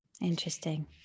Interesting